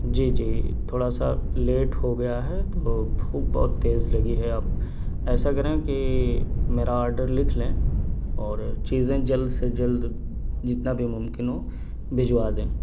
جی جی تھوڑا سا لیٹ ہو گیا ہے تو بھوک بہت تیز لگی ہے آپ ایسا کریں کہ میرا آرڈر لکھ لیں اور چیزیں جلد سے جلد جتنا بھی ممکن ہو بھیجوا دیں